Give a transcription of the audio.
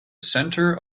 centre